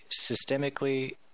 systemically